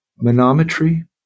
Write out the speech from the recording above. manometry